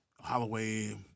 Holloway